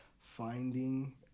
finding